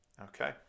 okay